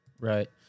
right